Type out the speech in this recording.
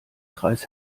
kreis